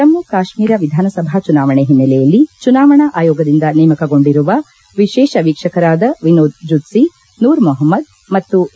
ಜಮ್ನು ಕಾಶ್ನೀರ ವಿಧಾನಸಭಾ ಚುನಾವಣೆ ಹಿನ್ನೆಲೆಯಲ್ಲಿ ಚುನಾವಣಾ ಆಯೋಗದಿಂದ ನೇಮಕಗೊಂಡಿರುವ ವಿಶೇಷ ವೀಕ್ಷಕರಾದ ವಿನೋದ್ ಜುತ್ಲಿ ನೂರ್ ಮೊಹಮ್ನದ್ ಮತ್ತು ಎ